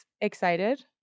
excited